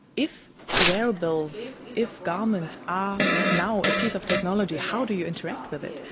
if wearables, if garments are now a piece of technology, how do you interact with it?